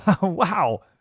Wow